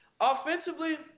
offensively